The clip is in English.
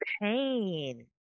pain